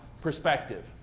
perspective